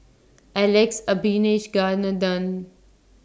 Alex Abisheganaden